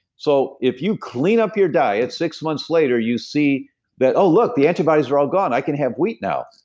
so if you clean up your diet six months later you see that, oh, look, the antibodies were all gone. i can have wheat now.